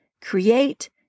create